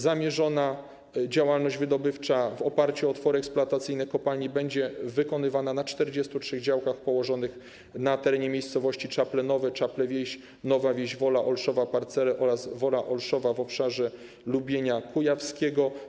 Zamierzona działalność wydobywcza oparta na otworach eksploatacyjnych kopalni będzie wykonywana na 43 działkach położonych na terenie miejscowości: Czaple Nowe, Czaple Wieś, Nowa Wieś, Wola Olszowa-Parcele oraz Wola Olszowa w obszarze Lubienia Kujawskiego.